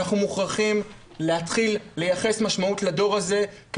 אנחנו מוכרחים להתחיל לייחס משמעות לדור הזה כי